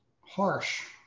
harsh